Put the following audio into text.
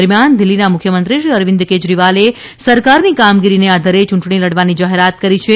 દરમિયાન દિલ્હીના મુખ્યમંત્રી શ્રી અરવિંદ કેજરીવાલે સરકારની કામગીરીને આધારે યૂંટણી લડવાની જાહેરાત કરી છે